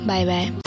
Bye-bye